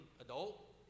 adult